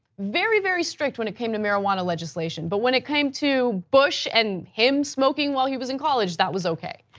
very, very strict when it came to marijuana legislation but when it came to bush and him smoking while he was in college, that was okay.